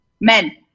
Men